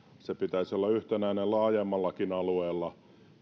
sen pitäisi olla yhtenäinen laajemmallakin alueella